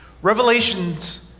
Revelations